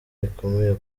rikomeye